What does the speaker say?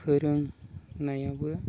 फोरोंनायावबो